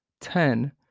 ten